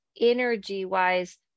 energy-wise